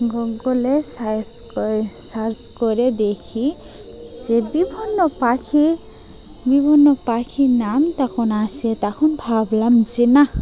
গুগলে সার্চ করে সার্চ দেখি যে বিভিন্ন পাখি বিভিন্ন পাখির নাম তখন আসে তখন ভাবলাম যে না